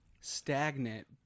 stagnant